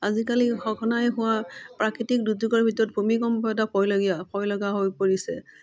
আজিকালি সঘনাই হোৱা প্ৰাকৃতিক দুৰ্যোগৰ ভিতৰত ভূমিকম্প এটা ভয়লগীয়া ভয়লগা হৈ পৰিছে